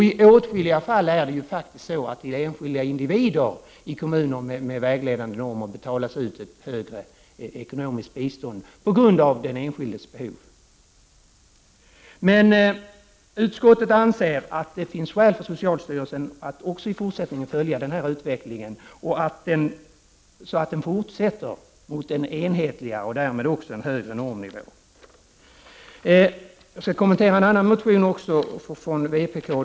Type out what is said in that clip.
I åtskilliga fall är det faktiskt så, att det till enskilda individer med vägledande normer betalas ut ett högre ekonomiskt bistånd på grund av den enskildes behov. Utskottet anser att det finns skäl för socialstyrelsen att också i fortsätt — Prot. 1989/90:26 ningen följa den här utvecklingen, så att den fortsätter mot en enhetligare 15 november 1989 och därmed också en högre normnivå. IN) EET a SSR Jag skall kommentera också en annan motion från vpk.